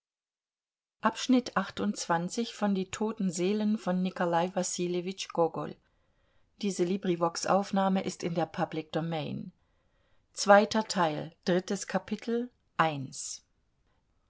die toten seelen